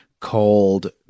called